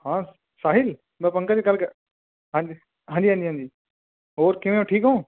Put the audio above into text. ਹਾਂ ਸਾਹਿਲ ਮੈਂ ਪੰਕਜ ਗੱਲ ਕਰ ਹਾਂਜੀ ਹਾਂਜੀ ਹਾਂਜੀ ਹਾਂਜੀ ਹੋਰ ਕਿਵੇਂ ਹੋ ਠੀਕ ਹੋ